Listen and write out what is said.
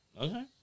Okay